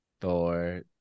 Thor